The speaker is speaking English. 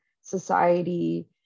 society